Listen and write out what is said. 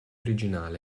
originale